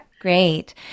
Great